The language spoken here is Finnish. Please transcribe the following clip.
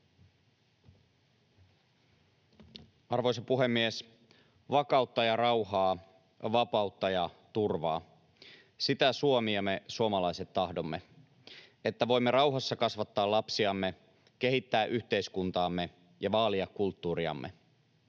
Arvoisa puhemies! Vakautta ja rauhaa, vapautta ja turvaa — sitä Suomi ja me suomalaiset tahdomme, että voimme rauhassa kasvattaa lapsiamme, kehittää yhteiskuntaamme ja vaalia kulttuuriamme.